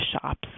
shops